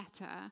better